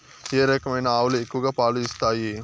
ఏ రకమైన ఆవులు ఎక్కువగా పాలు ఇస్తాయి?